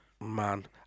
man